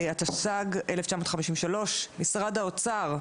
התשי"ג 1953; למשרד האוצר,